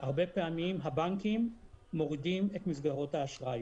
הרבה פעמים הבנקים מורידים את מסגרות האשראי,